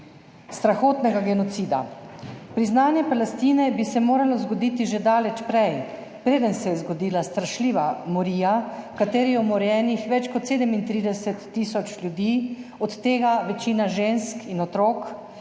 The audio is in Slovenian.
strahotnega genocida. Priznanje Palestine bi se moralo zgoditi že daleč prej, preden se je zgodila strašljiva morija, v kateri je umorjenih več kot 37 tisoč ljudi, od tega večina žensk in otrok,